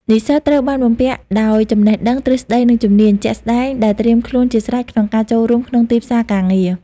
និស្សិតត្រូវបានបំពាក់ដោយចំណេះដឹង ទ្រឹស្តី និងជំនាញ ជាក់ស្តែងដែលត្រៀមខ្លួនជាស្រេចក្នុងការចូលរួមក្នុងទីផ្សារការងារ។